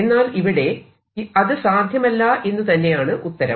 എന്നാൽ ഇവിടെ അത് സാധ്യമല്ല എന്ന് തന്നെയാണ് ഉത്തരം